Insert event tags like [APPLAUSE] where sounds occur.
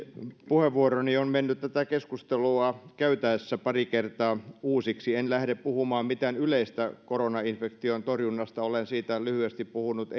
puheenvuoroni on mennyt tätä keskustelua käytäessä pari kertaa uusiksi en lähde puhumaan mitään yleistä koronainfektion torjunnasta olen siitä lyhyesti puhunut [UNINTELLIGIBLE]